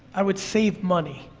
i would save money.